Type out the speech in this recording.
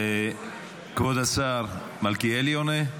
כבוד השר מלכיאלי עונה?